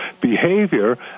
behavior